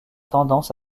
tendance